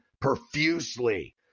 profusely